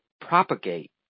propagate